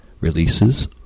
releases